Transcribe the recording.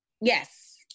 Yes